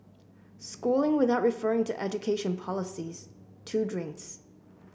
schooling without referring to education policies two drinks